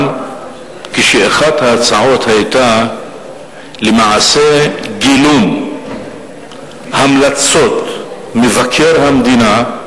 גם כשאחת ההצעות היתה למעשה גילום המלצות מבקר המדינה,